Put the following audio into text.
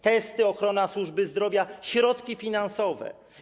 Testy, ochrona służby zdrowia, środki finansowe.